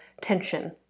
tension